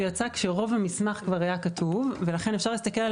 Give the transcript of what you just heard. הוא יצא כאשר רוב המסמך כבר היה כתוב ולכן אפשר להסתכל על